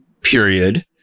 period